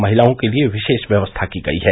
महिलाओं के लिए विशेष व्यवस्था की गई है